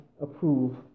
approve